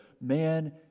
Man